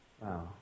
Wow